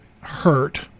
hurt